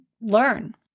learn